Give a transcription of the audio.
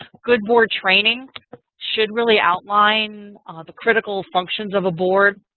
good board training should really outline the critical functions of a board,